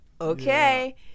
okay